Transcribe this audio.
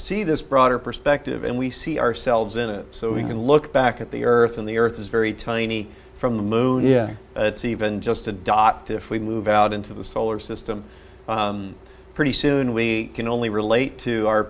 see this broader perspective and we see ourselves in a so we can look back at the earth and the earth is very tiny from the moon yeah it's even just a dot if we move out into the solar system pretty soon we can only relate to our